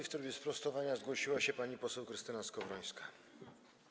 W trybie sprostowania zgłosiła się pani poseł Krystyna Skowrońska.